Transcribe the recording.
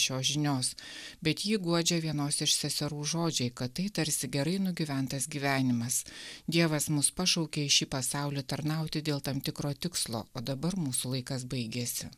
šios žinios bet jį guodžia vienos iš seserų žodžiai kad tai tarsi gerai nugyventas gyvenimas dievas mus pašaukė į šį pasaulį tarnauti dėl tam tikro tikslo o dabar mūsų laikas baigėsi